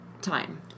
time